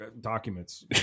documents